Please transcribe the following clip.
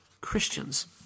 Christians